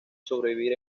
sobrevivir